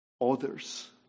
others